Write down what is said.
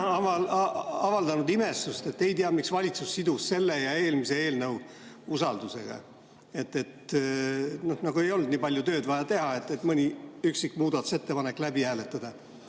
avaldanud imestust, et ei tea, miks valitsus sidus selle ja eelmise eelnõu usaldusega. Nagu ei olnud nii palju tööd vaja teha, mõni üksik muudatusettepanek läbi hääletada.